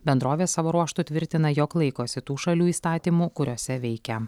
bendrovė savo ruožtu tvirtina jog laikosi tų šalių įstatymų kuriuose veikia